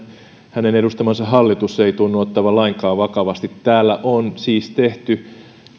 hänen edustamansa hallitus ei tunnu ottavan lainkaan vakavasti täällä on siis tehty